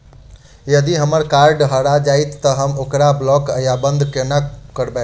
यदि हम्मर कार्ड हरा जाइत तऽ हम ओकरा ब्लॉक वा बंद कोना करेबै?